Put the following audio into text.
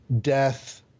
death